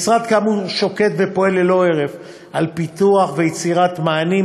המשרד כאמור שוקד ופועל ללא הרף על פיתוח ויצירת מענים